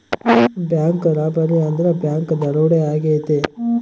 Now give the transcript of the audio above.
bank robbery ಅಂದ್ರೆ bank ದರೋಡೆ ಆಗೈತೆ